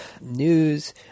news